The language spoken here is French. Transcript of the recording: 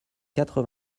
quatre